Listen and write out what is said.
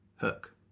Hook